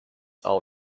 all